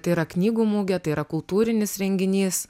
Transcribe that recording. tai yra knygų mugė tai yra kultūrinis renginys